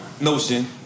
notion